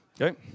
Okay